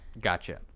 Gotcha